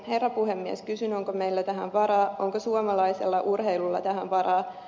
herra puhemies kysyn onko meillä tähän varaa on suomalaiselle urheilulle tämän varalle